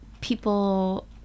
people